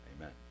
Amen